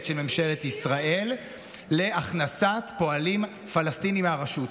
של ממשלת ישראל להכנסת פועלים פלסטינים מהרשות.